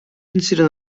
consider